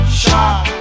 shot